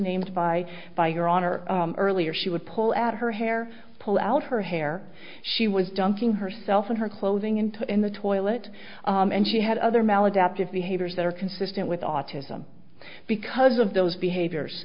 named by by your honor earlier she would pull out her hair pull out her hair she was dunking herself in her clothing and in the toilet and she had other maladaptive behaviors that are consistent with autism because of those behaviors